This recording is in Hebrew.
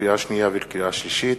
לקריאה שנייה ולקריאה שלישית,